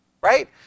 right